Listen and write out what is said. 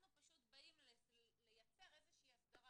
אנחנו פשוט באים לייצר איזושהי הסדרה